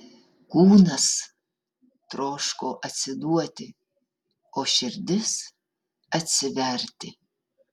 kūnas troško atsiduoti o širdis atsiverti